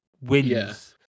wins